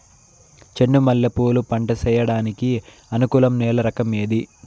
చెండు మల్లె పూలు పంట సేయడానికి అనుకూలం నేల రకం ఏది